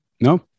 No